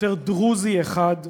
שוטר דרוזי אחד,